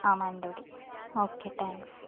ആ Mananthavady okay thanks